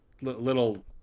little